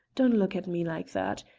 don't look at me like that!